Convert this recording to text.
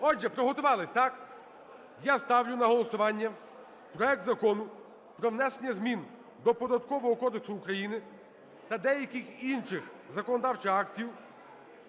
Отже, приготувались, так? Я ставлю на голосування проект Закону про внесення змін до Податкового кодексу України та деяких інших законодавчих актів